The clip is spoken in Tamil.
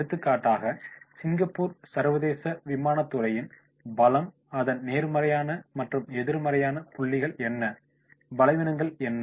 எடுத்துக்காட்டாக சிங்கப்பூர் சர்வதேச விமானத்துறையின் பலம் அதன் நேர்மறையான மற்றும் எதிர்மறை புள்ளிகள் என்ன பலவீனங்கள் என்ன